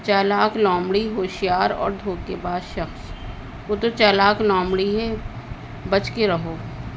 چالاک نامڑی ہوشیار اور دھوک کے بع شخص وہ تو چلااک نامڑی ہے بچ کے رہو